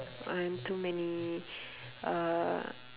um too many uh